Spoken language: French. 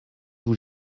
vous